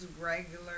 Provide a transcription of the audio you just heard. regular